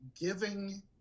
giving